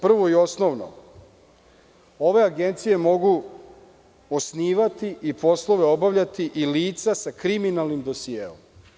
Prvo i osnovno, ove agencije mogu osnivati i poslove obavljati i lica sa kriminalnim dosijeom.